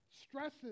stresses